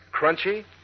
crunchy